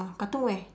katong where